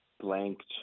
blanked